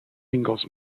singles